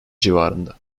civarında